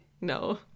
No